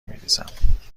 میریزم